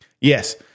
Yes